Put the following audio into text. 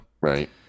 right